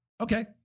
Okay